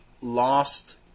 lost